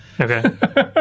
Okay